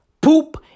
Poop